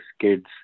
kids